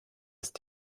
ist